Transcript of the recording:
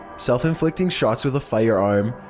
self inflicting shots with a firearm,